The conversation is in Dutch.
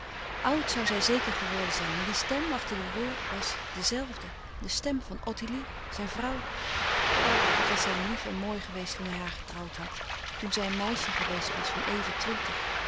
oud zoû zij zeker geworden zijn maar die stem achter de deur was de zelfde de stem van ottilie zijn vrouw o wat was zij lief en mooi geweest toen hij haar getrouwd had toen zij een meisje geweest was van even twintig